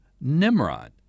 Nimrod